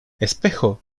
espejo